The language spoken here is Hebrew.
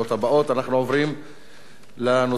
אנחנו עוברים לנושא הבא,